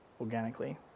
organically